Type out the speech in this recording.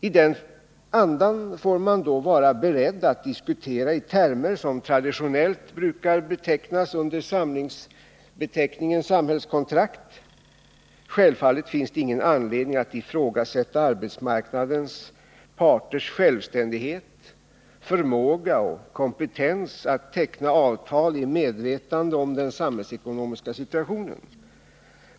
I den andan får man då vara beredd att diskutera i termer som traditionellt brukar hänföras under rubriken samhällskontrakt. Självfallet finns det ingen anledning att ifrågasätta arbetsmarknadens parters självständighet liksom deras förmåga och kompetens att teckna avtal i medvetande om den samhällsekonomiska situationen.